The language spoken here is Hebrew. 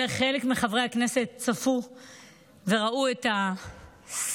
חלק מחברי הכנסת צפו וראו את הסרט,